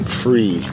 free